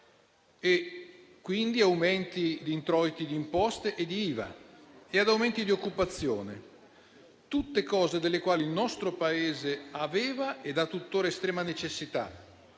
e quindi di incrementi degli introiti di imposte e di IVA e di aumenti dell'occupazione. Sono tutte cose delle quali il nostro Paese aveva e ha tuttora estrema necessità.